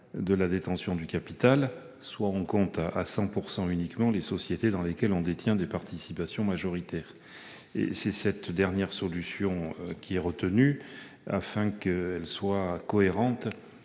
de la détention du capital, soit on compte à 100 %, uniquement les sociétés dans lesquelles on détient des participations majoritaires. C'est cette dernière solution qui est retenue, par cohérence